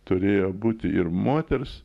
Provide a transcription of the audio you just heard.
turėjo būti ir moters